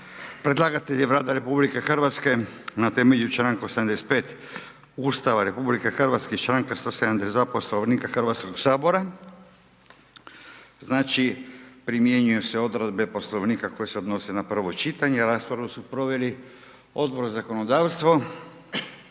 Predlagatelj je Vlada RH na temelju članka 85. Ustava RH i članka 172. Poslovnika Hrvatskoga sabora. Znači primjenjuju se odredbe Poslovnika koje se odnose na prvo čitanje. Raspravu su proveli Odbor za zakonodavstvo